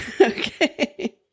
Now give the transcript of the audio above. okay